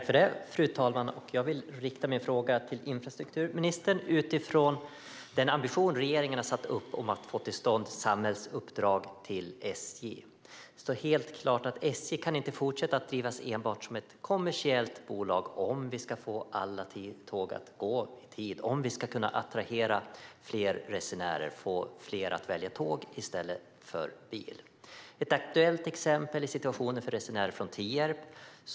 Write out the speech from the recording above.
Fru talman! Jag vill rikta min fråga till infrastrukturministern utifrån den ambition som regeringen har att få till stånd ett samhällsuppdrag till SJ. Det står helt klart att SJ inte kan fortsätta att drivas enbart som kommersiellt bolag om vi ska få alla tåg att gå i tid, om vi ska kunna attrahera fler resenärer och om vi ska få fler att välja tåg i stället för bil. Ett aktuellt exempel är situationen för resenärer från Tierp.